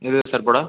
எது சார் போட